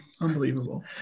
Unbelievable